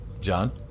John